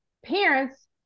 Parents